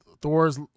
Thor's